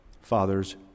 father's